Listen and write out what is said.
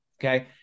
Okay